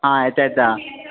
आ येता येता